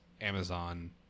Amazon